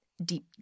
deep